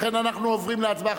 לכן אנחנו עוברים להצבעה.